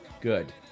Good